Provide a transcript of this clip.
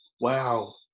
Wow